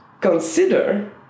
consider